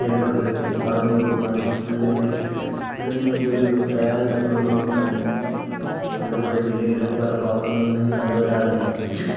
വേണ്ട വിധത്തിൽ പറഞ്ഞുകൊടുക്കുവാനോ അല്ലെങ്കിൽ അതിനുവേണ്ടി ഒരു തയ്യാറെടുപ്പുകളൊന്നുംതന്നെ ആലപ്പുഴ ജില്ലയുടെ പല ഭാഗങ്ങളിലും കണ്ടുവരാറില്ല